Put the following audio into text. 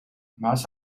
მას